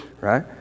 right